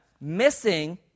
Missing